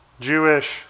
Jewish